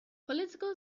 political